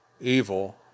evil